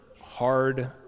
hard